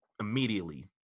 immediately